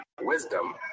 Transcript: Wisdom